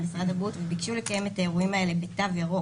למשרד הבריאות וביקשו לקיים את האירועים האלה בתו ירוק.